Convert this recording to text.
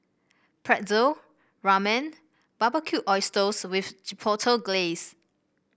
Pretzel Ramen Barbecued Oysters with Chipotle Glaze